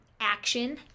action